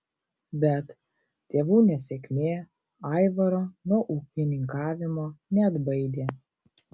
bet tėvų nesėkmė aivaro nuo ūkininkavimo neatbaidė